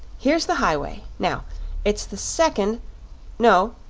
here's the highway. now it's the second no,